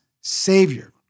Savior